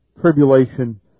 tribulation